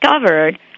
discovered